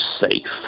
safe